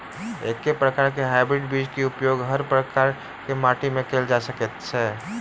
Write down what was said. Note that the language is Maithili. एके प्रकार केँ हाइब्रिड बीज केँ उपयोग हर प्रकार केँ माटि मे कैल जा सकय छै?